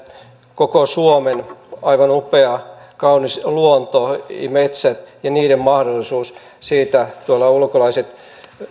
koko suomen aivan upea kaunis luonto metsät ja niiden mahdollisuus siitä tuolla ulkolaiset